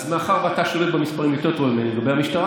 אז מאחר שאתה שולט במספרים יותר טוב ממני לגבי המשטרה,